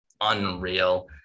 unreal